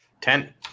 Ten